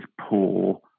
poor